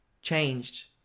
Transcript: Changed